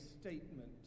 statement